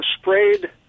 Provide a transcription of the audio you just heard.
sprayed